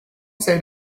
said